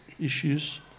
issues